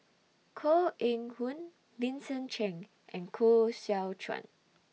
Koh Eng Hoon Vincent Cheng and Koh Seow Chuan